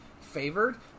favored